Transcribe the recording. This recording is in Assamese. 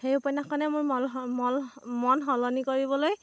সেই উপন্যাসখনে মোৰ মন মন মন সলনি কৰিবলৈ